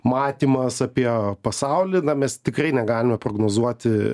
matymas apie pasaulį na mes tikrai negalime prognozuoti